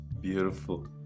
Beautiful